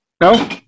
No